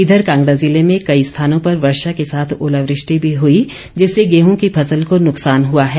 इधर कांगड़ा जिले में कई स्थानों पर वर्षा के साथ ओलावृष्टि भी हई जिससे गेहूं की फसल को नुकसान हुआ है